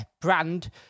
brand